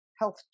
health